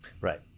Right